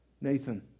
Nathan